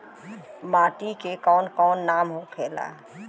माटी के कौन कौन नाम होखेला?